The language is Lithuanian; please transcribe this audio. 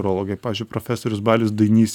urologai pavyzdžiui profesorius balys dainys